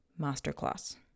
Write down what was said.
masterclass